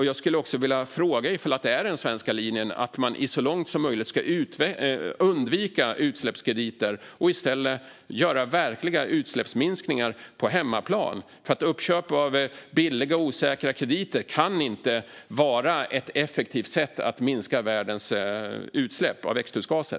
Jag skulle också vilja fråga om det är den svenska linjen att så långt som möjligt undvika utsläppskrediter och i stället göra verkliga utsläppsminskningar på hemmaplan. Uppköp av billiga och osäkra krediter kan inte vara ett effektivt sätt att minska världens utsläpp av växthusgaser.